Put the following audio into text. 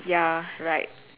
ya right